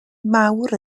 mawr